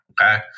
okay